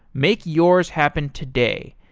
make yours happen today.